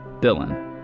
Dylan